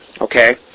Okay